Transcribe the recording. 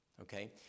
Okay